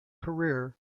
career